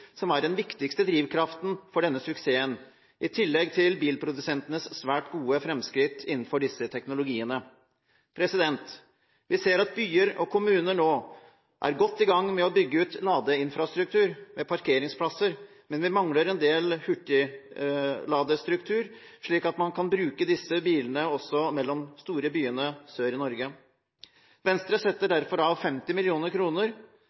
som er den viktigste drivkraften for denne suksessen – i tillegg til bilprodusentenes svært gode framskritt innenfor disse teknologiene. Vi ser at byer og kommuner nå er godt i gang med å bygge ut ladeinfrastruktur med parkeringsplasser, men vi mangler en del hurtigladestruktur slik at man kan bruke disse bilene også mellom de store byene sør i Norge. Venstre setter